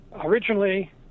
Originally